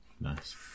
nice